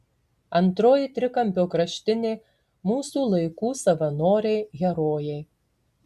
antroji trikampio kraštinė mūsų laikų savanoriai herojai